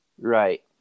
Right